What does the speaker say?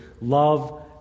Love